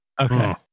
Okay